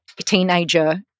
teenager